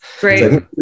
great